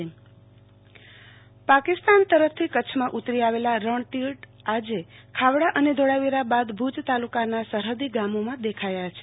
આરતી ભક્ટ રણ તીડ પાકિસ્તાન તરફથી કચ્છમાં ઉતરી આવેલા રણતીડ આજે ખાવડા અને ધોળાવીરા બાદ ભુજ તાલુકાના સહહદી ગામોમાં દેખાય છે